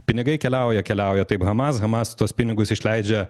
pinigai keliauja keliauja taip hamas hamas tuos pinigus išleidžia